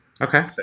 Okay